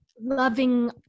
loving